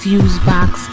Fusebox